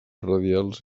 radials